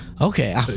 Okay